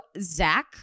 Zach